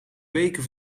weken